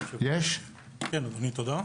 תודה.